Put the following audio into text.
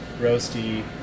roasty